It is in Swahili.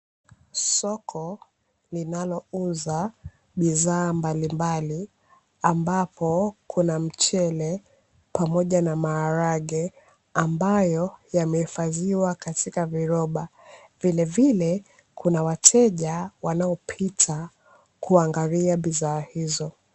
Soko linalouza bidhaa mbalimbali, ambapo kuna mchele pamoja na maharage, ambayo yamehifadhiwa katika viroba. Vilevile kuna wateja wanaopita kuangalia bidhaa hizo.